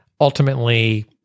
Ultimately